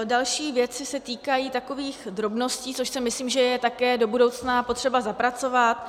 Další věci se týkají takových drobností, což si myslím, že je také do budoucna potřeba zapracovat.